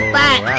back